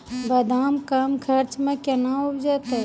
बादाम कम खर्च मे कैना उपजते?